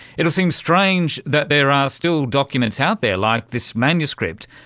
it seems strange that there are still documents out there, like this manuscript,